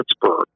Pittsburgh